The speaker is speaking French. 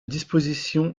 disposition